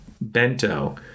bento